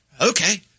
Okay